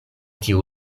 tiu